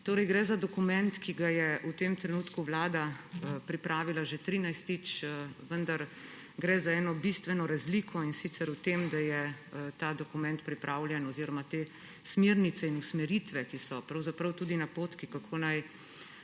Gre za dokument, ki ga je v tem trenutku Vlada pripravila že 13., vendar gre za eno bistveno razliko, in sicer v tem, da je ta dokument pripravljen oziroma te smernice in usmeritve, ki so tudi napotki, kako naj